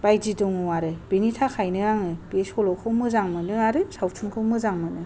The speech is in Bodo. बायदि दङ आरो बिनि थाखायनो आङो बे सल'खौ मोजां मोनो आरो सावथुनखौ मोजां मोनो